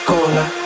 Cola